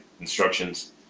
instructions